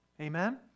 Amen